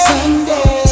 Sunday